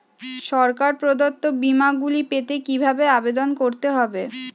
সরকার প্রদত্ত বিমা গুলি পেতে কিভাবে আবেদন করতে হবে?